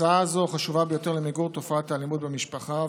הצעה זו חשובה ביותר למיגור תופעת האלימות במשפחה,